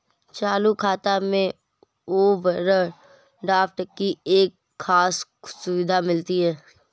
चालू खाता में ओवरड्राफ्ट की एक खास सुविधा मिलती है